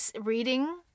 reading –